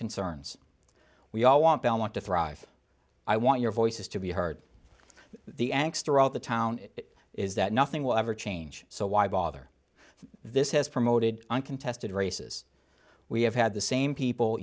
concerns we all want belmont to thrive i want your voices to be heard the axe throughout the town it is that nothing will ever change so why bother this has promoted uncontested races we have had the same people